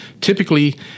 Typically